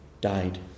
died